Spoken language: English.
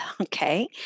Okay